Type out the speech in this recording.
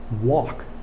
walk